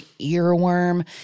earworm